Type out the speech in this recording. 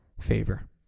favor